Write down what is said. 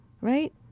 right